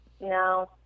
No